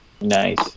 Nice